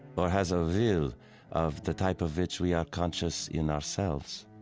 or has a will of the type of which we are conscious in ourselves.